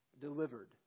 delivered